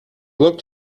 looked